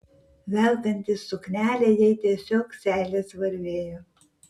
velkantis suknelę jai tiesiog seilės varvėjo